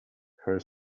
her